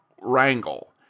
Wrangle